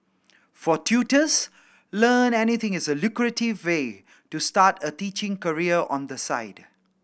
for tutors Learn Anything is a lucrative way to start a teaching career on the side